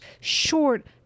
short